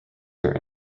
their